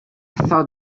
thought